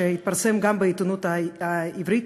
שהתפרסם גם בעיתונות העברית